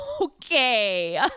okay